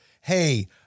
hey